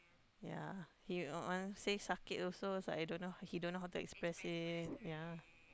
yea he want to say sakit also it's like don't know he don't know how to express it yea